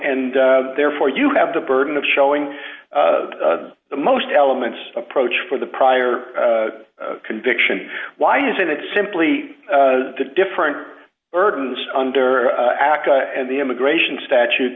and therefore you have the burden of showing the most elements approach for the prior conviction why isn't it simply the different burdens under aca and the immigration statute